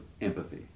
empathy